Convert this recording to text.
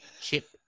chip